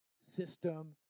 system